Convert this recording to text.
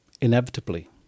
inevitably